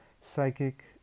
psychic